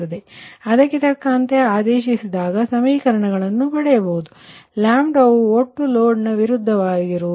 ಆದ್ದರಿಂದ ಅದಕ್ಕೆ ತಕ್ಕಂತೆ ಆದೇಶಿಸಿದಾಗ ಸಮೀಕರಣಗಳನ್ನು ಪಡೆಯಬಹುದು ಅಂದರೆ ವು ಒಟ್ಟು ಲೋಡ್ ವಿರುದ್ಧವಾಗಿರುವುದು